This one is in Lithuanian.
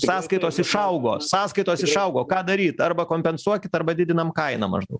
sąskaitos išaugo sąskaitos išaugo ką daryt arba kompensuokit arba didinam kainą maždaug